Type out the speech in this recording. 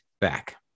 back